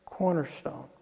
cornerstone